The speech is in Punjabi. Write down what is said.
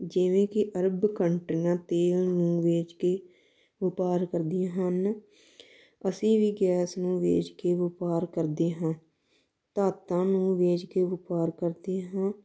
ਜਿਵੇਂ ਕਿ ਅਰਬ ਕੰਟਰੀਆਂ ਤੇਲ ਨੂੰ ਵੇਚ ਕੇ ਵਪਾਰ ਕਰਦੀਆਂ ਹਨ ਅਸੀਂ ਵੀ ਗੈਸ ਨੂੰ ਵੇਚ ਕੇ ਵਪਾਰ ਕਰਦੇ ਹਾਂ ਧਾਤਾਂ ਨੂੰ ਵੇਚ ਕੇ ਵਪਾਰ ਕਰਦੇ ਹਾਂ